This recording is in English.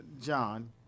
John